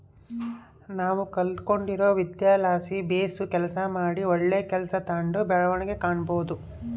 ನಾವು ಕಲಿತ್ಗಂಡಿರೊ ವಿದ್ಯೆಲಾಸಿ ಬೇಸು ಕೆಲಸ ಮಾಡಿ ಒಳ್ಳೆ ಕೆಲ್ಸ ತಾಂಡು ಬೆಳವಣಿಗೆ ಕಾಣಬೋದು